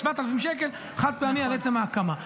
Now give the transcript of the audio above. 7,000 שקל חד-פעמי על עצם ההקמה.